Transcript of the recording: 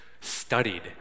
studied